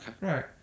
Right